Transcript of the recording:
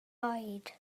oed